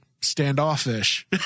standoffish